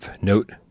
note